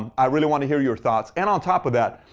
i really want to hear your thoughts. and on top of that,